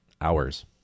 hours